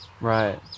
Right